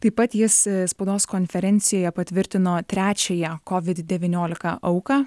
taip pat jis spaudos konferencijoje patvirtino trečiąją kovid devyniolika auką